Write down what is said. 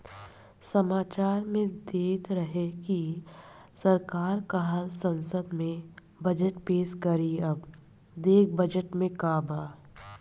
सामाचार में देत रहे की सरकार काल्ह संसद में बजट पेस करी अब देखऽ बजट में का बा